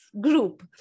group